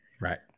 Right